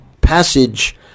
passage